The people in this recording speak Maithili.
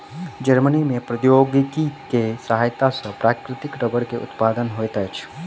जर्मनी में प्रौद्योगिकी के सहायता सॅ प्राकृतिक रबड़ के उत्पादन होइत अछि